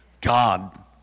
God